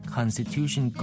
Constitution